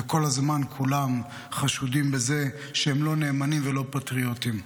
וכל הזמן כולם חשודים בזה שהם לא נאמנים ולא פטריוטים.